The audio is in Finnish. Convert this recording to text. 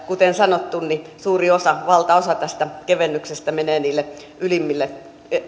kuten sanottu niin suuri osa valtaosa tästä kevennyksestä menee niille ylimmille